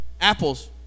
apples